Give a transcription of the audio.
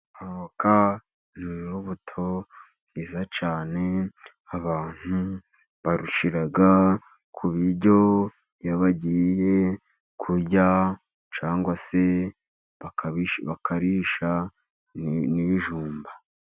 Avoka ni urubuto rwiza cyane. Abantu barushyira ku biryo iyo bagiye kurya, cyangwa se bakarisha ibijumba.